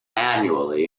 annually